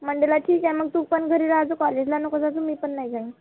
मंडेला ठीक आहे मग तू पण घरी राहतो कॉलेजला नको जायचं मी पण नाही जात